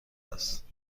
است